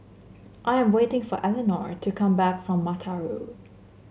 I am waiting for Eleanor to come back from Mata Road